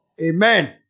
Amen